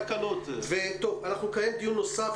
אנחנו כעת בדיון נוסף.